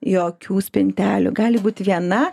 jokių spintelių gali būt viena